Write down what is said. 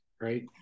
right